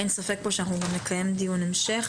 אין ספק שאנחנו נקיים דיון המשך.